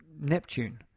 Neptune